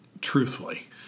Truthfully